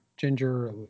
Ginger